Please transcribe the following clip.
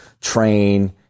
train